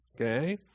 Okay